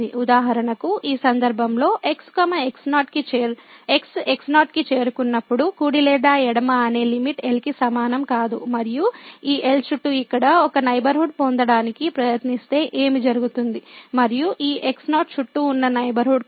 ఉదాహరణకు ఈ సందర్భంలో x x0 కి చేరుకున్నప్పుడు కుడి లేదా ఎడమ అనే లిమిట్ L కి సమానం కాదు మరియు ఈ L చుట్టూ ఇక్కడ ఒక నైబర్హుడ్ పొందడానికి ప్రయత్నిస్తే ఏమి జరుగుతుంది మరియు ఈ x0 చుట్టూ ఉన్న నైబర్హుడ్ కాదా